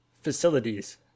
facilities